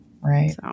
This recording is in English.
Right